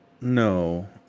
No